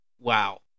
Wow